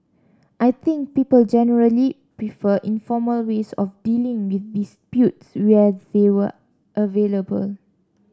I think people generally prefer informal ways of dealing with disputes where they were available